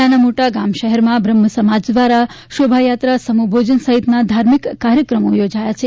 નાના મોટા ગામ શહેરમાં બ્રહ્મસમાજ દ્વારા શોભાયાત્રા સમૂહભોજન સહિતના ધાર્મિક કાર્યક્રમ યોજાયા છે